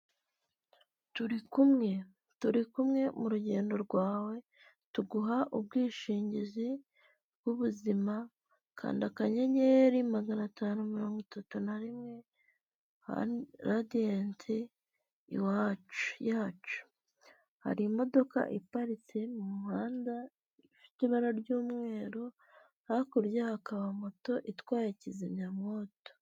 Turi kumwe turi kumwe mu rugendo rwawe tuguha ubwishingizi bw'ubuzima kanda akanyenyeri magana atanu mirongo itatu na rimwe ha radiyenti iwacu yacu hari imodoka iparitse mu muhanda ifite ibara ry'umweru hakurya hakaba moto itwaye kizimyamwoto.